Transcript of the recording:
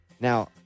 Now